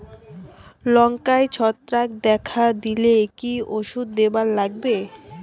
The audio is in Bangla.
লঙ্কায় ছত্রাক দেখা দিলে কি ওষুধ দিবার লাগবে?